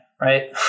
right